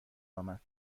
آمد